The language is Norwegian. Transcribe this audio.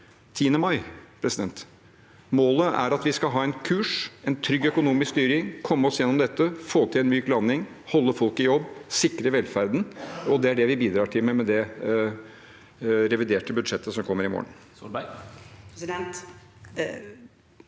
10. mai. Målet er at vi skal ha en kurs, en trygg økonomisk styring, komme oss gjennom dette, få til en myk landing, holde folk i jobb, sikre velferden – og det er det vi bidrar til med det reviderte budsjettet som kommer i morgen.